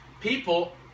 People